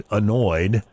annoyed